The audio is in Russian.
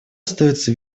остается